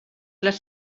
les